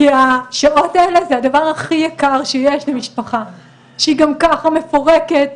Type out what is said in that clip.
כי השעות האלה זה הדבר הכי יקר שיש למשפחה שהיא גם ככה מפורקת,